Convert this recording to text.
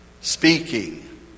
speaking